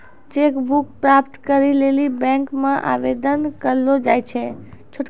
cheque book प्राप्त करै लेली बैंक मे आवेदन करलो जाय छै